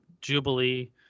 Jubilee